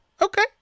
Okay